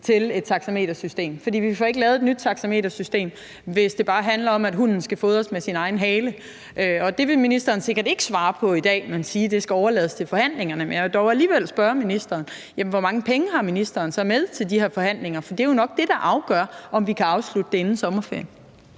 til et taxametersystem, for vi får ikke lavet et nyt taxametersystem, hvis det bare handler om, at hunden skal fodres med sin egen hale. Det vil ministeren sikkert ikke svare på i dag, men sige, at det skal overlades til forhandlingerne. Men jeg vil dog alligevel spørge ministeren: Hvor mange penge har ministeren så med til de her forhandlinger? For det er jo nok det, der afgør, om vi kan afslutte det inden sommerferien.